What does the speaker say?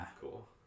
cool